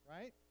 right